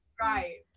right